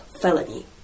felony